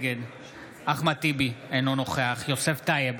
נגד אחמד טיבי, אינו נוכח יוסף טייב,